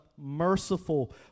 merciful